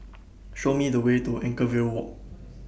Show Me The Way to Anchorvale Walk